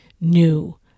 new